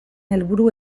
helburu